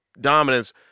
dominance